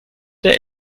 der